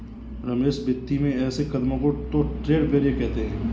रमेश वित्तीय में ऐसे कदमों को तो ट्रेड बैरियर कहते हैं